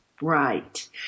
Right